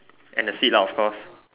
and the seat lah of course